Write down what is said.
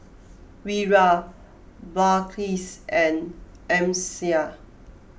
Wira Balqis and Amsyar